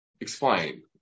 explain